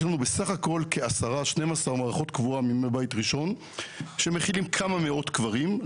יש לנו בסך הכל 12 מערכות קבורה מימי בית ראשון שמכילים כמה מאות קברים,